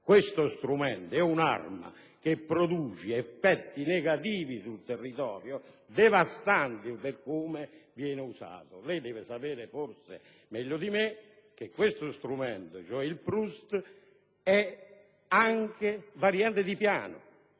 questo strumento è un'arma che produce effetti negativi sul territorio devastanti per come viene usato. Lei deve sapere, forse meglio di me, che questo strumento, cioè il PRUSST, è anche variante di piano